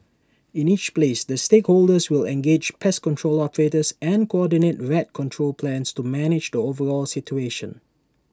in each place the stakeholders will engage pest control operators and coordinate rat control plans to manage the overall situation